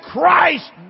Christ